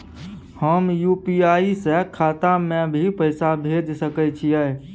हम यु.पी.आई से खाता में भी पैसा भेज सके छियै?